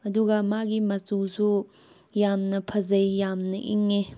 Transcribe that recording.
ꯑꯗꯨꯒ ꯃꯥꯒꯤ ꯃꯆꯨꯁꯨ ꯌꯥꯝꯅ ꯐꯖꯩ ꯌꯥꯝꯅ ꯏꯪꯉꯤ